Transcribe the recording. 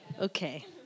Okay